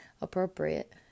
appropriate